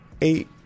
eight